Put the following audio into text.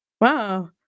Wow